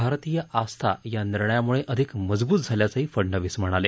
भारतीय आस्था या निर्णयामुळे अधिक मजबूत झाल्याचंही फडणवीस म्हणाले